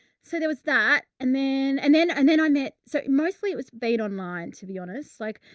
so there was that and then, and then, and then i met. so mostly it was being online to be honest, like,